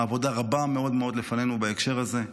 עבודה רבה מאוד מאוד לפנינו בהקשר הזה.